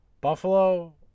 Buffalo